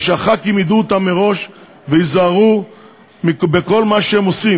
ושחברי הכנסת ידעו אותם מראש וייזהרו בכל מה שהם עושים.